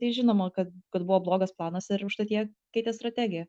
tai žinoma kad kad buvo blogas planas ir užtat jie keitė strategiją